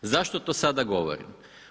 Zašto to sada govorim?